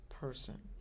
person